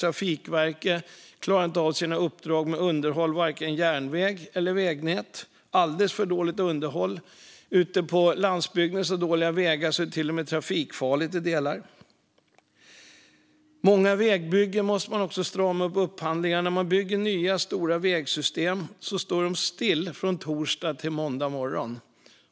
Trafikverket klarar inte av sina uppdrag med underhåll av vare sig järnväg eller vägnät. Det är alldeles för dåligt underhåll. Ute på landsbygden är det så dåliga vägar att det till och med är trafikfarligt i delar. Många vägbyggen måste man strama upp upphandlingen av. Byggena av nya stora vägsystem står still från torsdag till måndag morgon.